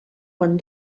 quan